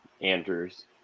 Andrews